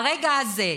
ברגע הזה,